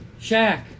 Shaq